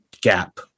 gap